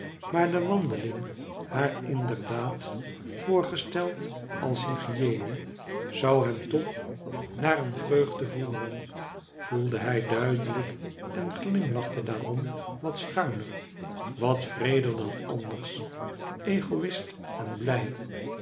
maar de wandeling haar in der daad voorgesteld als hygiene zou hem toch naar een vreugde voeren voelde hij duidelijk en glimlachte daarom wat schuiner wat wreeder dan anders egoist en blij